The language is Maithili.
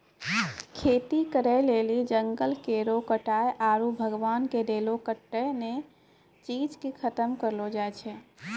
खेती करै लेली जंगल केरो कटाय आरू भगवान के देलो कत्तै ने चीज के खतम करलो जाय छै